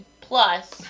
plus